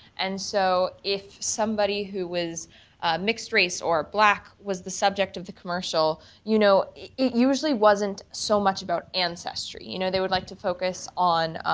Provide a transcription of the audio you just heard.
and so if somebody who was mixed race or black was the subject of the commercial, you know usually wasn't so much about ancestry, you know they would like to focus on,